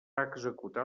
executar